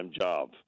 job